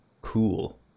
cool